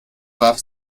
warf